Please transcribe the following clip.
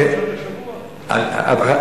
פרשת השבוע.